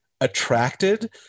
attracted